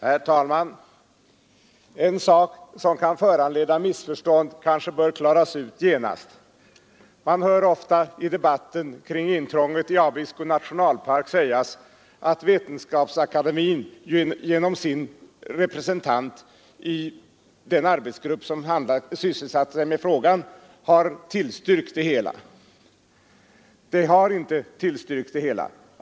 Herr talman! En sak som kan föranleda missförstånd kanske bör klaras ut genast. Man hör ofta i debatten om intrånget i Abisko nationalpark sägas, att Vetenskapsakademien genom sin representant i den arbetsgrupp som sysselsatt sig med frågan har tillstyrkt intrånget. Den har inte gjort det.